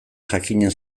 jakinen